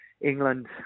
England